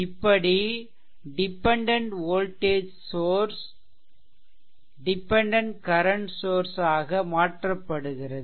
இப்படி dependent voltage source dependent current source ஆக மாற்றப்படுகிறது